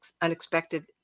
unexpected